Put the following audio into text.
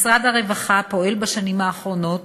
משרד הרווחה פועל בשנים האחרונות